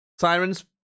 Sirens